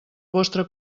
vostra